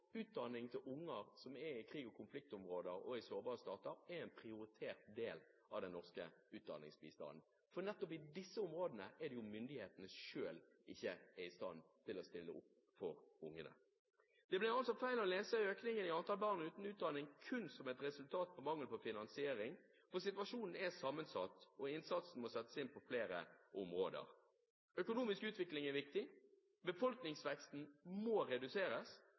nettopp i disse områdene er ikke myndighetene selv i stand til å stille opp for ungene. Det blir altså feil å se økningen i antall barn uten utdanning kun som et resultat av mangel på finansiering, for situasjonen er sammensatt og innsatsen må settes inn på flere områder. Økonomisk utvikling er viktig, befolkningsveksten må reduseres,